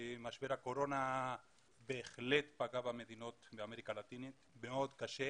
משבר הקורונה בהחלט פגע במדינות באמריקה הלטינית מאוד קשה,